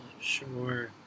Sure